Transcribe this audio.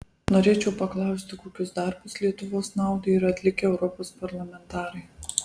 norėčiau paklausti kokius darbus lietuvos naudai yra atlikę europos parlamentarai